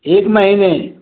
एक महीने